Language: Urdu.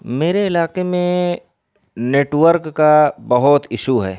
میرے علاقے میں نیٹ ورک کا بہت ایشو ہے